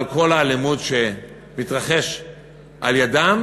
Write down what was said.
על כל האלימות שתתרחש על-ידיהם.